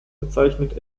bezeichnet